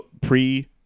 Pre